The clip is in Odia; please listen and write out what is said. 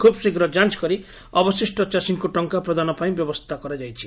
ଖୁବ୍ଶୀଘ୍ର ଯାଞ୍ କରି ଅବଶିଷ ଚାଷୀଙ୍କୁ ଟଙ୍କା ପ୍ରଦାନ ପାଇଁ ବ୍ୟବସ୍ଷା କରାଯାଇଛି